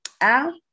Al